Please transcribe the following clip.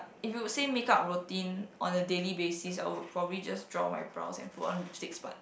if you say make-up routine on a daily basis I would probably just draw my brows and put on lipsticks but